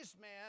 man